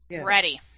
Ready